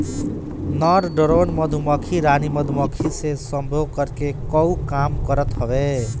नर ड्रोन मधुमक्खी रानी मधुमक्खी से सम्भोग करे कअ काम करत हवे